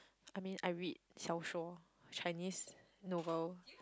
I mean I read Xiao Shuo Chinese novel